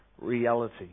reality